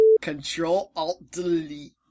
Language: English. Control-Alt-Delete